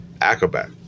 Acrobat